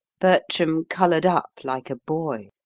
bertram coloured up like a boy.